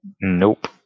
Nope